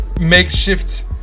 makeshift